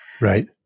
Right